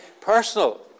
personal